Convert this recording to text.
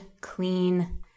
clean